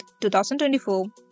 2024